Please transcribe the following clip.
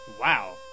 Wow